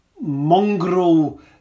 mongrel